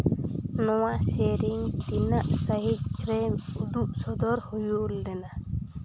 ᱱᱚᱣᱟ ᱥᱮᱨᱮᱧ ᱛᱤᱱᱟᱹᱜ ᱥᱟᱹᱦᱤᱛ ᱨᱮ ᱩᱫᱩᱜ ᱥᱚᱫᱚᱨ ᱦᱩᱭ ᱞᱮᱱᱟ